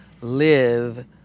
live